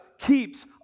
keeps